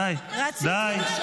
די, תפסיקו עם הוויכוח.